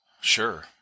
Sure